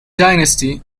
dynasty